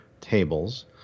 tables